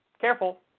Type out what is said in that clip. careful